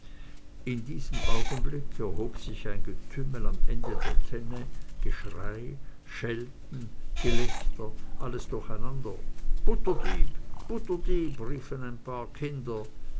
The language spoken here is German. in diesem augenblick erhob sich ein getümmel am ende der tenne geschrei schelten gelächter alles durcheinander butterdieb butterdieb riefen ein paar kinder